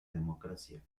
democracia